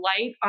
light